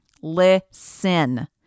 Listen